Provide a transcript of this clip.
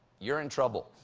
you're in trouble.